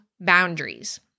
boundaries